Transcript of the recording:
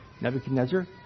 Nebuchadnezzar